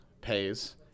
pays